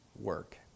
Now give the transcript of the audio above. work